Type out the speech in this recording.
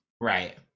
Right